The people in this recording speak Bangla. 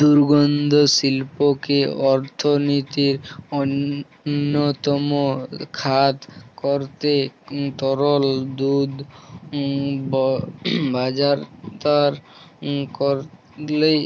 দুগ্ধশিল্পকে অর্থনীতির অন্যতম খাত করতে তরল দুধ বাজারজাত করলেই